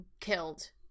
killed